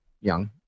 young